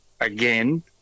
again